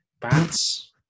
bats